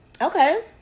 okay